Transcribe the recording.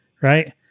right